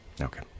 Okay